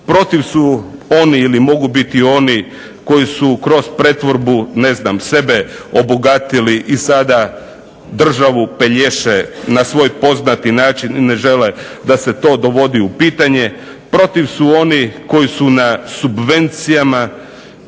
protiv su oni ili mogu biti oni koji su kroz pretvorbu sebe obogatili i sada državu pelješe na svoj poznati način i ne žele da se to dovodi u pitanje. Protiv su oni koji su na subvencijama